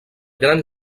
gran